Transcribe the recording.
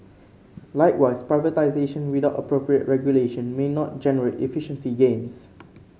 likewise privatisation without appropriate regulation may not generate efficiency gains